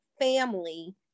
family